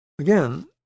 Again